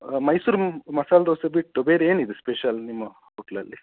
ಮೈಸೂರು ಮ್ ಮಸಾಲೆ ದೋಸೆ ಬಿಟ್ಟು ಬೇರೆ ಏನಿದೆ ಸ್ಪೆಷಲ್ ನಿಮ್ಮ ಹೋಟ್ಲಲ್ಲಿ